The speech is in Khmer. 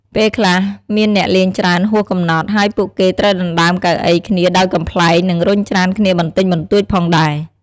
ពេលខ្លះ មានអ្នកលេងច្រើនហួសកំណត់ ហើយពួកគេត្រូវដណ្តើមកៅអីគ្នាដោយកំប្លែង និងរុញច្រានគ្នាបន្តិចបន្តួចផងដែរ។